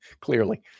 Clearly